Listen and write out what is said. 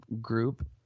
group